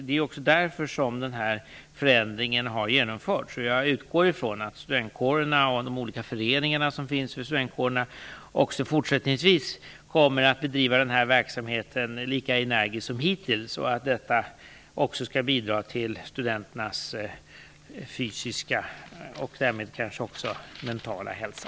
Det är också därför som den här förändringen har genomförts. Jag utgår från att studentkårerna och de olika föreningarna inom studentkårerna också fortsättningsvis kommer att bedriva den här verksamheten lika energiskt som hittills och att det också skall bidra till studenternas fysiska och därmed kanske också mentala hälsa.